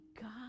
God